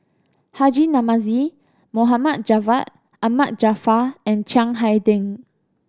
Haji Namazie Mohd Javad Ahmad Jaafar and Chiang Hai Ding